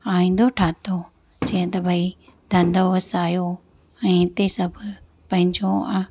आईंदो ठाहियो जीअं त भई धंधो वसायो ऐं हिते सभु पंहिंजो आहे